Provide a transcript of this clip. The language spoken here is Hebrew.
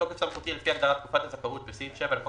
בתוקף סמכותי לפי הגדרת "תקופת הזכאות" בסעיף 7 לחוק